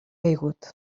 caigut